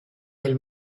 del